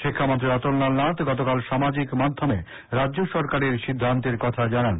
শিক্ষা মন্ত্রী রতন লাল নাথ গতকাল সামাজিক মাধ্যমে রাজ্য সরকারের এই সিদ্ধান্তের কথা জানান